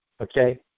okay